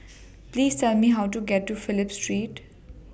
Please Tell Me How to get to Phillip Street